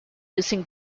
using